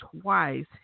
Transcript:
twice